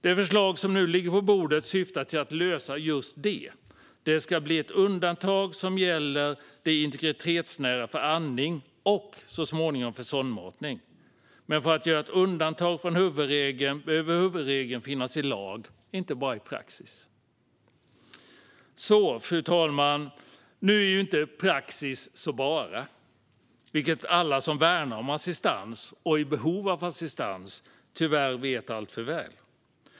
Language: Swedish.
Det förslag som nu ligger på bordet syftar till att lösa just det. Det ska bli ett undantag som gäller det integritetsnära för andning och så småningom för sondmatning. Men för att göra ett undantag behöver huvudregeln finnas i lag och inte bara i praxis. Fru talman! Nu är inte praxis så bara, vilket alla som värnar om assistans och är i behov av assistans tyvärr vet alltför väl.